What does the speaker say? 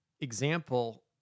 example